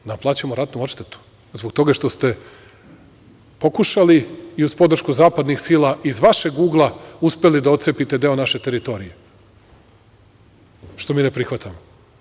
Da vam plaćamo ratnu odštetu zbog toga što ste pokušali i uz podršku zapadnih sila iz vašeg ugla uspeli da ocepite deo naše teritorije, što mi ne prihvatamo.